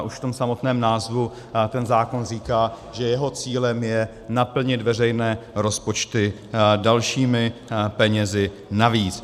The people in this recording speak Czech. Už v tom samotném názvu ten zákon říká, že jeho cílem je naplnit veřejné rozpočty dalšími penězi navíc.